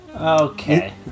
Okay